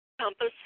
Compass